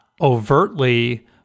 overtly